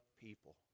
people